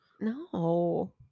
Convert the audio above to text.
No